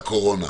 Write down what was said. לקורונה,